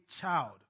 child